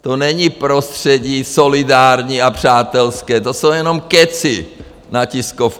To není prostředí solidární a přátelské, to jsou jenom kecy na tiskovkách.